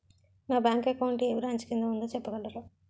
నా bank account ఏ branch కిందా ఉందో చెప్పగలరా?